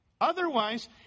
Otherwise